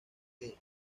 que